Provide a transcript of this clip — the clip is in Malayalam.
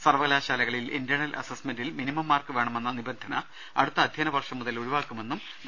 സർവകലാശാലകളിൽ ഇന്റേണൽ അസെസ്മെന്റിൽ മിനിമം മാർക്ക് വേണമെന്ന നിബന്ധന അടുത്ത അധ്യയന വർഷം മുതൽ ഒഴിവാക്കുമെന്നും ഡോ